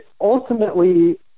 ultimately